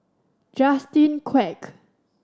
Justin Quek